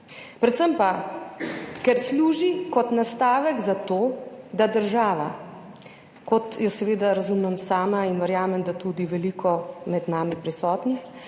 Predvsem pa, ker služi kot nastavek zato, da država, kot jo seveda razumem sama in verjamem, da tudi veliko med nami prisotnih,